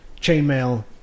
chainmail